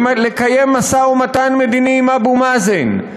לקיים משא-ומתן מדיני עם אבו מאזן.